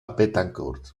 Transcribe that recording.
betancourt